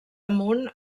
amunt